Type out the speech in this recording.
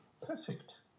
perfect